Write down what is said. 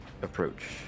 approach